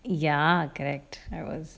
ya correct I was